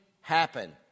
happen